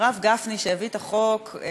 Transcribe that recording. חוק עוקף-בג"ץ כמובן,